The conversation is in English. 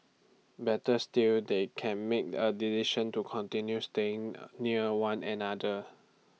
better still they can make A decision to continue staying near one another